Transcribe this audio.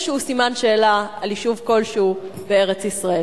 סימן שאלה על יישוב כלשהו בארץ-ישראל.